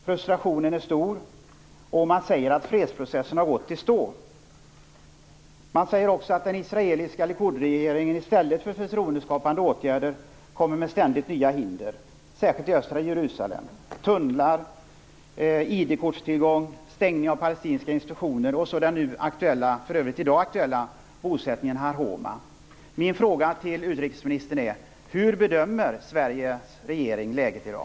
Frustrationen är stor, och man säger att fredsprocessen har gått i stå. Man säger också att den israeliska likudregeringen i stället för förtroendeskapande åtgärder ständigt kommer med nya hinder, särskilt i östra Jerusalem. Det är tunnlar, ID-kortstillgång, stängning av palestinska institutioner och den i dag aktuella bosättningen Har Homa. Sveriges regering läget i dag?